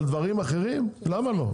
אבל בדברים אחרים למה לא?